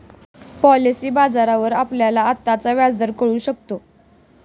policy बाजारावर आपल्याला आत्ताचा व्याजदर कळू शकतो